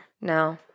No